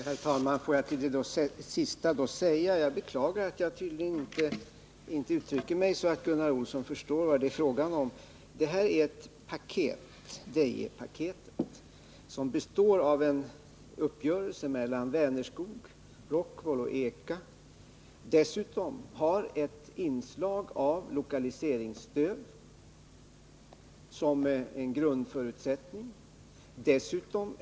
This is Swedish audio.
Herr talman! Får jag då till det senast anförda säga att jag beklagar att jag tydligen inte uttrycker mig så att Gunnar Olsson förstår vad det är fråga om. Det här är ett paket, Dejepaketet, som består av en uppgörelse mellan Vänerskog, Rockwool och EKA. Dessutom finns ett anslag till lokaliseringsstöd som en grundförutsättning.